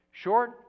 Short